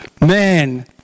Man